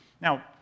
Now